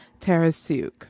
tarasuk